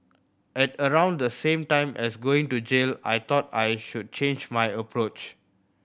at around the same time as going to jail I thought I should change my approach